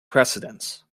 precedence